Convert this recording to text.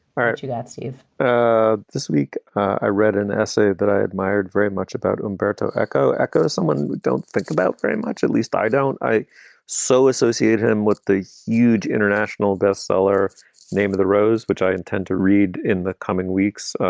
that steve ah this week i read an essay that i admired very much about umberto eco echoes someone don't think about very much. at least i don't. i so associated him with the huge international bestseller name of the rose, which i intend to read in the coming weeks.